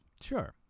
Sure